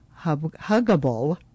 Huggable